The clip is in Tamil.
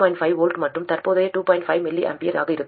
5 mA இருக்கும்